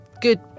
good